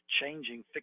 changing